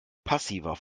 passiver